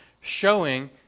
showing